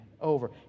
over